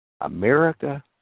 America